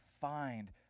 find